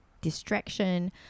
distraction